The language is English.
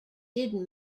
did